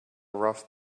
rough